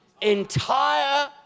entire